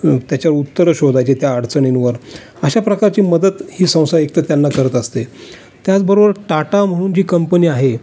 त्याच्यावर उत्तरं शोधायचे त्या अडचणींवर अशाप्रकारची मदत ही संस्था एक तर त्यांना करत असते त्याचबरोबर टाटा म्हणून जी कंपनी आहे